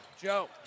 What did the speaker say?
Joe